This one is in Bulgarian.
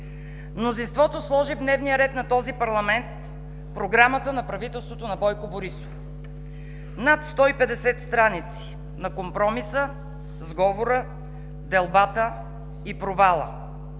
Мнозинството сложи в дневния ред на този парламент Програмата на правителството на Бойко Борисов – над 150 страници на компромиса, сговора, делбата и провала.